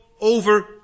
over